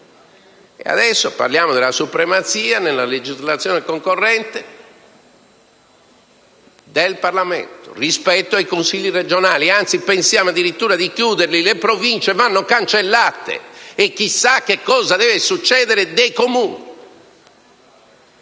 E adesso parliamo della supremazia, nella legislazione concorrente, del Parlamento rispetto ai Consigli regionali. Anzi, pensiamo addirittura di chiuderli. Le Province vanno cancellate. E chissà cosa deve succedere dei Comuni.